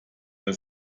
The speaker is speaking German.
der